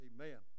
Amen